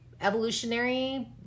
evolutionary